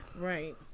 Right